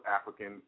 African